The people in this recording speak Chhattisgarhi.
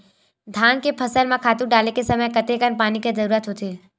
धान के फसल म खातु डाले के समय कतेकन पानी के जरूरत होथे?